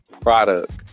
product